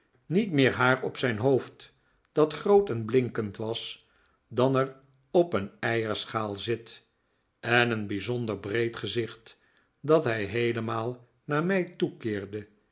niet meer haar op zijn hoofd dat groot en blinkend was dan er op een eierschaal zit en een bijzonder breed gezicht dat hij heelemaal naar mij toekeerde